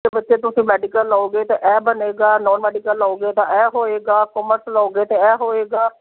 ਕਿ ਬੱਚੇ ਤੁਸੀਂ ਮੈਡੀਕਲ ਲਓਗੇ ਤਾਂ ਇਹ ਬਣੇਗਾ ਨੋਨ ਮੈਡੀਕਲ ਲਓਗੇ ਤਾਂ ਇਹ ਹੋਏਗਾ ਕਮਰਸ ਲਓਗੇ ਤਾਂ ਇਹ ਹੋਏਗਾ